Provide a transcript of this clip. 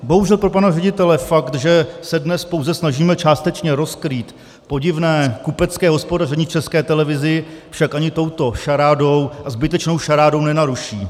Bohužel pro pana ředitele fakt, že se dnes pouze snažíme částečně rozkrýt podivné kupecké hospodaření v České televizi, však ani touto šarádou, zbytečnou šarádou, nenaruší.